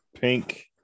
pink